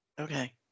Okay